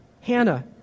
Hannah